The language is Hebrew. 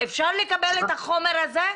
אפשר לקבל את החומר הזה?